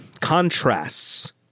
contrasts